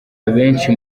abenshi